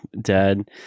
dad